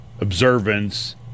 observance